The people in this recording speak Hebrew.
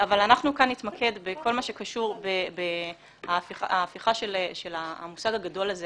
אבל אנחנו כאן נתמקד בכל מה שקשור בהפיכה של המושג הגדול הזה,